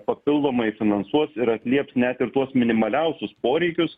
papildomai finansuos ir atlieps net ir tuos minimaliausius poreikius